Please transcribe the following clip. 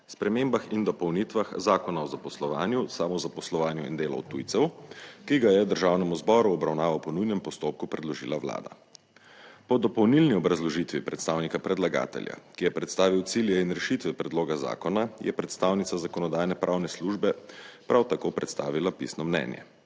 spremembah in dopolnitvah Zakona o zaposlovanju, samozaposlovanju in delu tujcev, ki ga je Državnemu zboru v obravnavo po nujnem postopku predložila Vlada. Po dopolnilni obrazložitvi predstavnika predlagatelja, ki je predstavil cilje in rešitve predloga zakona, je predstavnica Zakonodajno-pravne službe prav tako predstavila pisno mnenje.